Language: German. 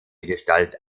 gestalt